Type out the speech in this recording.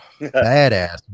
badass